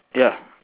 ya